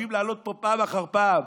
אוהבים לעלות לפה פעם אחר פעם.